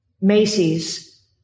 Macy's